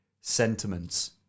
sentiments